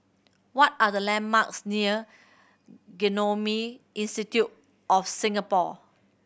what are the landmarks near Genome Institute of Singapore